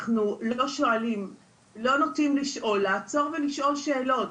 אנחנו לא שואלים, לא נוטים לעצור ולשאול שאלות.